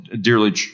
dearly